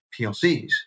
PLCs